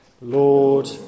Lord